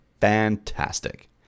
Fantastic